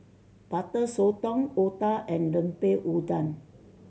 Butter Sotong otah and Lemper Udang